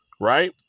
right